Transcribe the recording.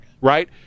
Right